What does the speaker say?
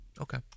Okay